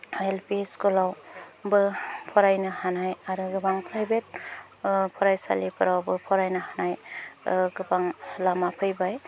L P स्कुलावबो फरायनो हानाय आरो गोबां प्राइभेट फरायसालिफोरावबो फरायनो हानाय गोबां लामा फैबाय